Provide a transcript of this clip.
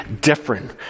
different